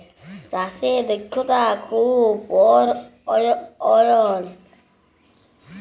চাষে দক্ষতা খুব পরয়োজল লাহলে ফসল লষ্ট হ্যইতে পারে